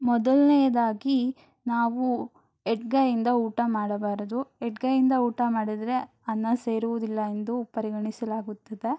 ಮೊದಲನೇದಾಗಿ ನಾವು ಎಡಗೈಯಿಂದ ಊಟ ಮಾಡಬಾರದು ಎಡಗೈಯಿಂದ ಊಟ ಮಾಡಿದರೆ ಅನ್ನ ಸೇರುವುದಿಲ್ಲ ಎಂದು ಪರಿಗಣಿಸಲಾಗುತ್ತದೆ